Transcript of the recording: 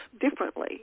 differently